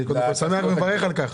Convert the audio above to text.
אני שמח ומברך על כך.